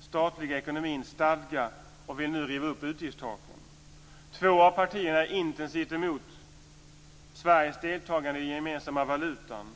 statliga ekonomin stadga och vill nu riva upp utgiftstaken. · Två av partierna är intensivt emot Sveriges deltagande i den gemensamma valutan.